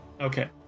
Okay